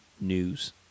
news